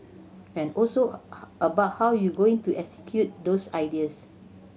and also about how you going to execute those ideas